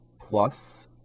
plus